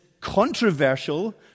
controversial